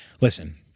listen